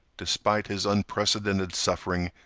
despite his unprecedented suffering,